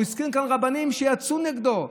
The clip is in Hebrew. הוא הזכיר כאן רבנים שיצאו נגדו,